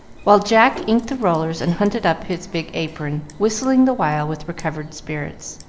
while jack inked the rollers and hunted up his big apron, whistling the while with recovered spirits.